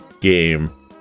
game